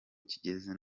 kigeze